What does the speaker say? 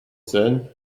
said